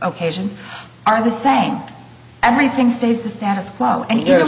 occasions are the same everything stays the status quo and y